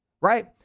right